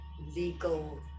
legal